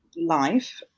life